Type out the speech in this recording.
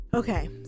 Okay